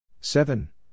Seven